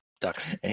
ducks